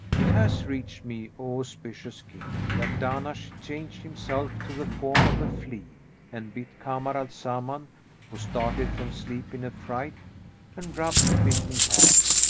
it hath reached me, o auspicious king, that dahnash changed himself to the form of a flea and bit kamar al-zaman who started from sleep in a fright and rubbed the bitten part,